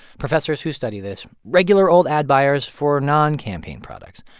professors who study this, regular old ad buyers for noncampaign products,